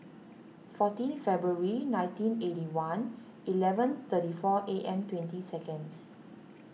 fourteen February nineteen eighty one eleven thirty four A M twenty seconds